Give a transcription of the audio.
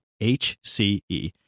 h-c-e